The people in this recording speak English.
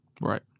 Right